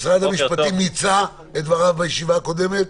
משרד המשפטים מיצה את דבריו בישיבה הקודמת?